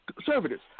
Conservatives